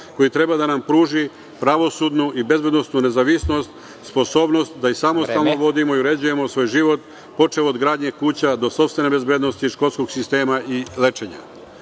koji treba da nam pruži pravosudnu i bezbednosnu nezavisnost, sposobnost da samostalno vodimo i uređujemo svoj život, počev od gradnji kuća, do sopstvene bezbednosti, školskog sistema i lečenja. Moja